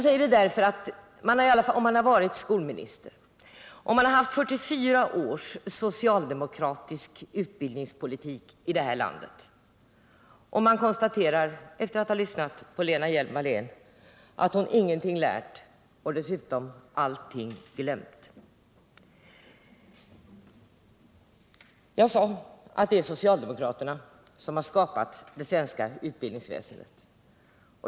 Lena Hjelm-Wallén har varit skolminister, och vi har haft 44 års socialdemokratisk utbildningspolitik i det här landet, men efter att ha lyssnat på henne kan man konstatera att hon ingenting lärt och dessutom allting glömt. Jag sade att det är socialdemokraterna som har skapat det svenska utbildningsväsendet.